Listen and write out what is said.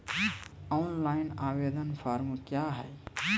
Online आवेदन form क्या हैं?